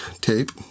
tape